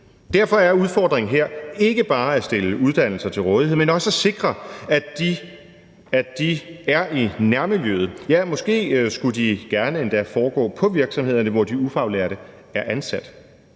Derfor er udfordringen her ikke bare at stille uddannelser til rådighed, men også at sikre, at de er i nærmiljøet. Ja, måske skulle de endda gerne foregå på virksomhederne, hvor de ufaglærte er ansat.